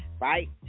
right